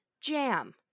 jam